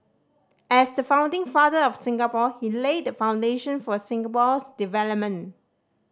as the founding father of Singapore he laid the foundation for Singapore's development